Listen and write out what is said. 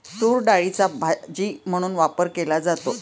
तूरडाळीचा भाजी म्हणून वापर केला जातो